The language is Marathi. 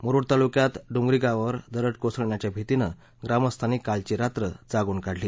मुरूड तालुक्यात डोंगरी गावावर दरड कोसळण्याच्या भीतीनं ग्रामरुथांनी कालची रात्र जागून काढली